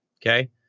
okay